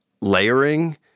layering